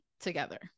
together